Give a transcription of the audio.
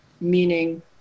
meaning